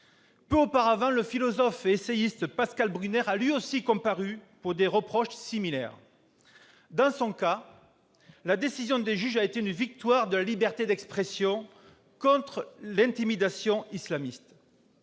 Peu auparavant, le philosophe et essayiste Pascal Bruckner a, lui aussi, comparu pour des reproches similaires. Dans son cas, la décision des juges a été une victoire de la liberté d'expression contre l'intimidation islamiste.